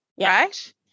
right